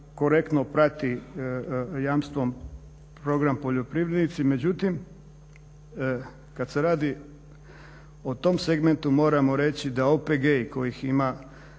korektno prati jamstvom program poljoprivrednici. Međutim, kad se radi o tom segmentu moramo reći da OPG-i kojih ima